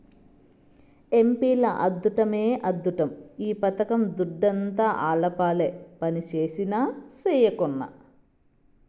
ఎంపీల అద్దుట్టమే అద్దుట్టం ఈ పథకం దుడ్డంతా ఆళ్లపాలే పంజేసినా, సెయ్యకున్నా